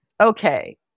Okay